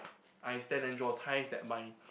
I ties that mind